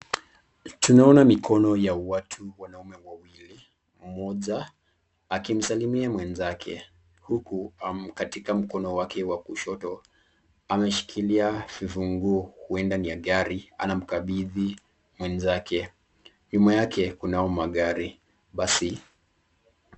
Tunaona mikono ya watu wanaume wawili, mmoja akimsalimia mwenzake huku katika mkono wake wa kushoto ameshikilia vifunguo huenda ni ya gari ana mkabidhi mwenzake. Nyuma yake kunao magari basi...